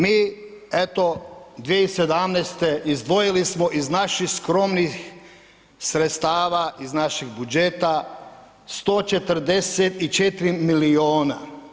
Mi eto, 2017. izdvojili smo iz naših skromnih sredstava, iz naših budžeta 144 milijuna.